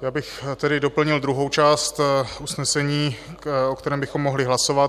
Já bych tedy doplnil druhou část usnesení, o kterém bychom mohli hlasovat: